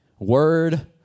Word